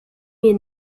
mir